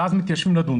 ואז מתיישבים לדון.